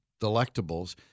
delectables